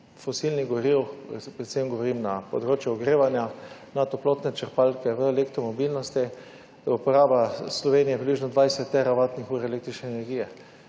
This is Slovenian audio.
fosilnih goriv, predvsem govorim na področju ogrevanja na toplotne črpalke, v elektro mobilnosti, da uporaba Slovenije približno 20 teravatnih ur električne energije.